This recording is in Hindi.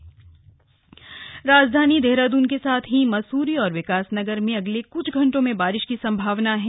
मौसम राजधानी देहरादून के साथ ही मसूरी और विकासनगर में अगले क्छ घंटों में बारिश की संभावना है